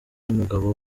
n’umugabo